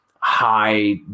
high